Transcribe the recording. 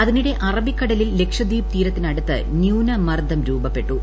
അ്തിനിടെ അറബിക്കടലിൽ ലക്ഷദ്വീപ് തീരത്തിനിടുത്ത് ന്യൂനമർദ്ദം ്രൂപ്പപ്പെട്ടു